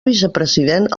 vicepresident